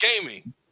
gaming